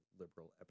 Liberal